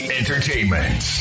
entertainment